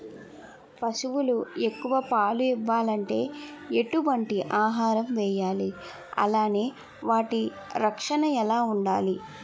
పశువులు ఎక్కువ పాలు ఇవ్వాలంటే ఎటు వంటి ఆహారం వేయాలి అలానే వాటి రక్షణ ఎలా వుండాలి?